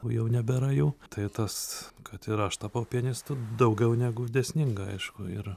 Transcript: o jau nebėra jų tai tas kad ir aš tapau pianistu daugiau negu dėsninga aišku ir